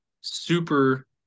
super